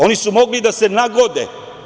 Oni su mogli da se nagode.